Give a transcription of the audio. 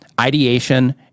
ideation